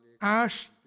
Ash